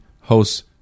hosts